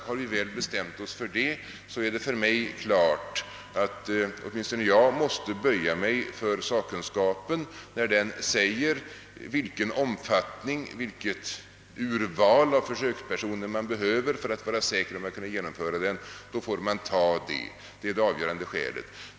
Och har vi väl bestämt oss för det, så står det för mig klart att åtminstone jag måste böja mig för vad sakkunskapen kräver när (den säger, vilket urval av försökspersoner man behöver för att vara säker på att kunna genomföra denna forskning. Det är det avgörade skälet.